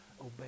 Obey